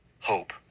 Hope